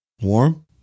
Warm